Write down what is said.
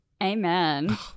Amen